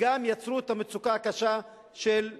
וגם יצרו את המצוקה הקשה של הדיור,